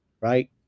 right